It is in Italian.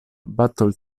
battle